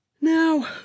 now